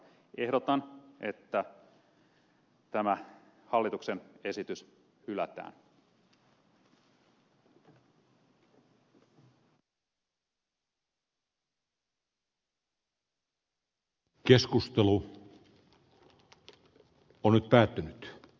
ehdotan että tämä hallituksen esitys hylätään